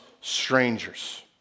strangers